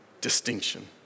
distinction